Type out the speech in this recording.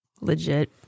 legit